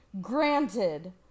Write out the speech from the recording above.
granted